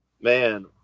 man